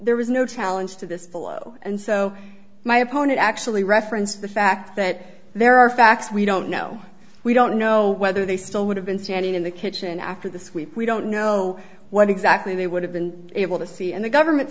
there was no challenge to this fellow and so my opponent actually referenced the fact that there are facts we don't know we don't know whether they still would have been standing in the kitchen after this week we don't know what exactly they would have been able to see and the government